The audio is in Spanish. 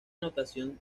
notación